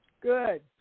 Good